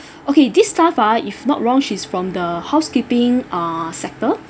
okay this staff ah if not wrong she's from the housekeeping uh sector